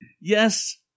Yes